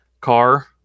car